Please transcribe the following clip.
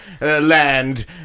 land